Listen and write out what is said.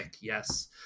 yes